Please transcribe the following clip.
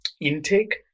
intake